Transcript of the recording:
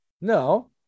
No